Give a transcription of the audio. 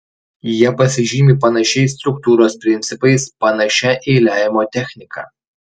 jie pasižymi panašiais struktūros principais panašia eiliavimo technika